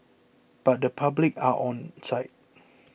but the public are onside